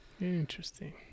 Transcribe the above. Interesting